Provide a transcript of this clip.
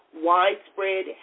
widespread